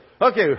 Okay